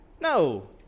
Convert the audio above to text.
No